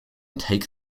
take